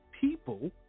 people